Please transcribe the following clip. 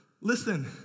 Listen